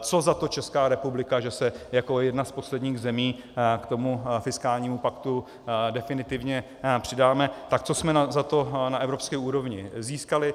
co za to Česká republika, že se jako jedna z posledních zemí k tomu fiskálnímu paktu definitivně přidáme, co jsme za to na evropské úrovni získali.